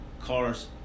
cars